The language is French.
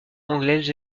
anglaise